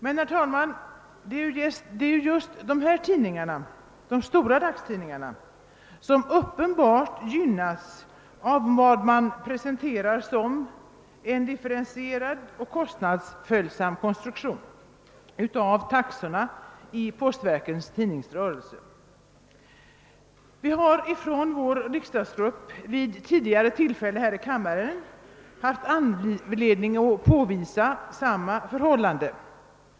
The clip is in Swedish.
Men, herr talman, det är just de stora dagstidningarna som uppenbart gynnas av vad man presenterar som en differentierad och =: kostnadsföljsam konstruktion av taxorna i postverkets tidningsrörelse. Vår riksdagsgrupp har vid tidigare tillfällen haft anledning att här i kammaren påvisa detta förhållande.